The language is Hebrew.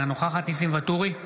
אינה נוכחת ניסים ואטורי,